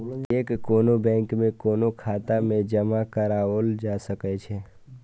cheque कोनो bank में कोनो खाता मे जमा कराओल जा सकै छै